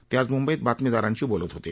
ते आज म्ंबईत बातमीदारांशी बोलत होते